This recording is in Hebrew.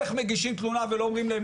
איך מגישים תלונה ולא אומרים להם,